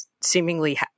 seemingly